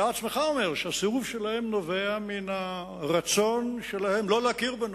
אתה עצמך אומר שהסירוב שלהם נובע מהרצון שלהם לא להכיר בנו.